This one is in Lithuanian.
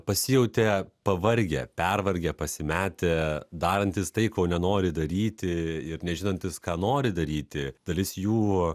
pasijautė pavargę pervargę pasimetę darantys tai ko nenori daryti ir nežinantys ką nori daryti dalis jų